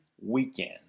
weekend